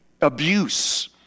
abuse